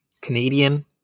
Canadian